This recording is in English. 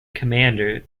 commander